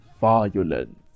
violent